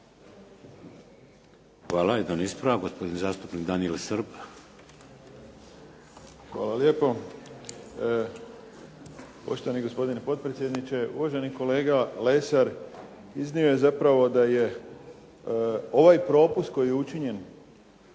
Hvala. Jedan ispravak, gospodin zastupnik Daniel Srb. **Srb, Daniel (HSP)** Hvala lijepo. Poštovani gospodine potpredsjedniče, uvaženi kolega Lesar iznio je zapravo da je ovaj propust koji je učinjen